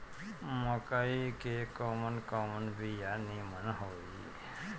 मकई के कवन कवन बिया नीमन होई?